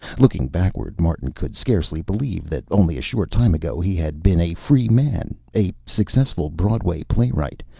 looking backward, martin could scarcely believe that only a short time ago he had been a free man, a successful broadway playwright,